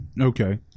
Okay